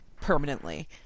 permanently